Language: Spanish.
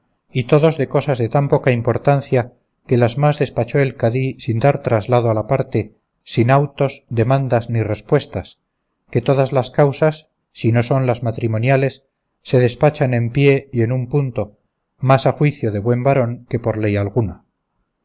y todos de cosas de tan poca importancia que las más despachó el cadí sin dar traslado a la parte sin autos demandas ni respuestas que todas las causas si no son las matrimoniales se despachan en pie y en un punto más a juicio de buen varón que por ley alguna